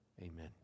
Amen